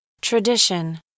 tradition